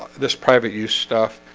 this private use stuff.